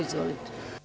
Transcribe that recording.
Izvolite.